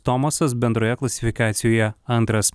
tomasas bendroje klasifikacijoje antras